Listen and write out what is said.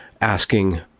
asking